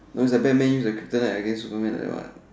it's like Batman use the kryptonite against Superman what